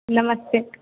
नमस्ते